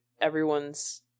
everyone's